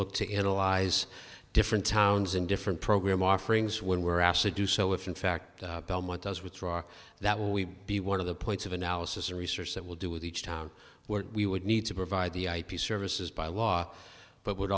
look to analyze different towns and different program offerings when we're asked to do so if in fact belmont does withdraw that will we be one of the points of analysis or research that will do with each town where we would need to provide the ip services by law but would